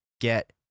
get